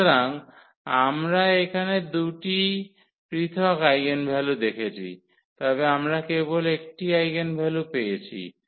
সুতরাং আমরা এখানে দুটি পৃথক আইগেনভ্যালু দেখেছি তবে আমরা কেবল একটি আইগেনভেক্টর পেয়েছি